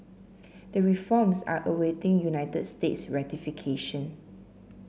the reforms are awaiting United States ratification